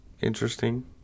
interesting